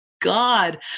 God